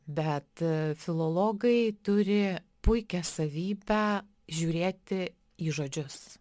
bet filologai turi puikią savybę žiūrėti į žodžius